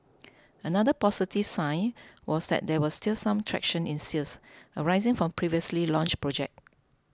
another positive sign was that there was still some traction in sales arising from previously launched projects